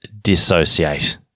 Dissociate